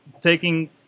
taking